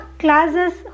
classes